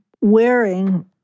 wearing